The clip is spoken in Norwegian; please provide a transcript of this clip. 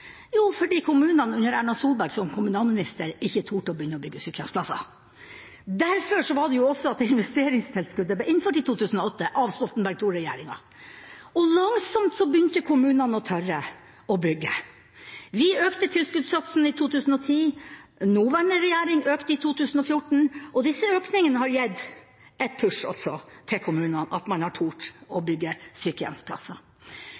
fordi kommunene med Erna Solberg som kommunalminister ikke turte å begynne å bygge sykehjemsplasser. Det var også derfor investeringstilskuddet ble innført i 2008 av Stoltenberg II-regjeringa. Langsomt begynte kommunene å tørre å bygge. Vi økte tilskuddssatsen i 2010. Nåværende regjering økte den i 2014. Disse økningene har også gitt et push til kommunene, slik at man har turt å